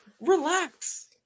relax